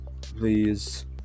please